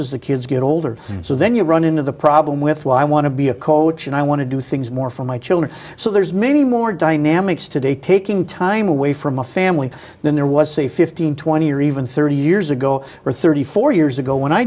as the kids get older so then you run into the problem with well i want to be a coach and i want to do things more for my children so there's many more dynamics today taking time away from a family than there was say fifteen twenty or even thirty years ago or thirty four years ago when i